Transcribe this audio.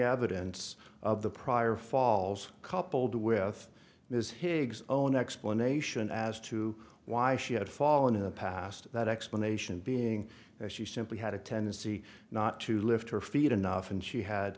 it's of the prior falls coupled with this higgs own explanation as to why she had fallen in the past that explanation being that she simply had a tendency not to lift her feet enough and she